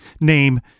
name